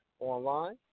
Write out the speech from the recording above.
online